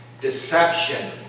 deception